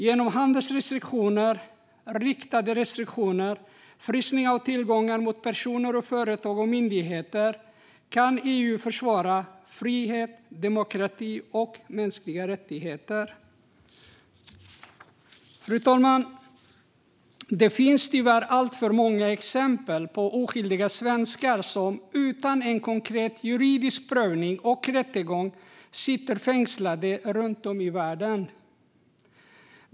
Genom handelsrestriktioner, riktade restriktioner och frysning av tillgångar för personer, företag och myndigheter kan EU försvara frihet, demokrati och mänskliga rättigheter. Fru talman! Det finns tyvärr alltför många exempel på oskyldiga svenskar som utan korrekt juridisk prövning och rättegång sitter fängslade runt om i världen.